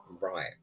right